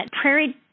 prairie